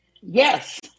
Yes